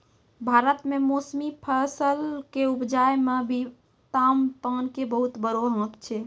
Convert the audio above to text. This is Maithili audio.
भारत मॅ मौसमी फसल कॅ उपजाय मॅ भी तामपान के बहुत बड़ो हाथ छै